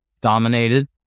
dominated